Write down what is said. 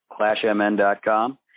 clashmn.com